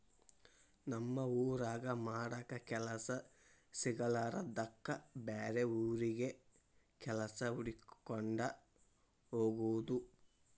ತಮ್ಮ ಊರಾಗ ಮಾಡಾಕ ಕೆಲಸಾ ಸಿಗಲಾರದ್ದಕ್ಕ ಬ್ಯಾರೆ ಊರಿಗೆ ಕೆಲಸಾ ಹುಡಕ್ಕೊಂಡ ಹೊಗುದು